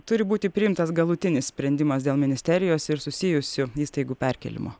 turi būti priimtas galutinis sprendimas dėl ministerijos ir susijusių įstaigų perkėlimo